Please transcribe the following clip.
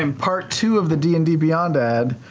um part two of the d and d beyond ad,